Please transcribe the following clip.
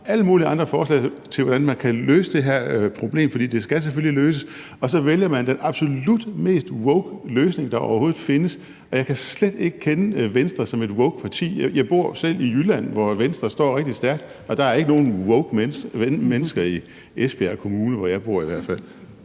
har alle mulige andre forslag til, hvordan man kan løse det her problem, fordi det selvfølgelig skal løses, og så vælger man den absolut mest woke løsning, der overhovedet findes, og jeg kan slet ikke kende Venstre som et woke parti. Jeg bor selv i Jylland, hvor Venstre står rigtig stærkt, og der er i hvert fald ikke nogen woke mennesker i Esbjerg Kommune, hvor jeg bor. Kl.